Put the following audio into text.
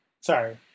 Sorry